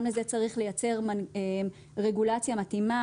גם לזה צריך לייצר רגולציה מתאימה,